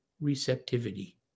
receptivity